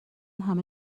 همه